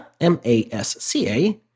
M-A-S-C-A